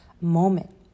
moment